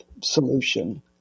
solution